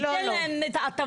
ניתן להם הטבות,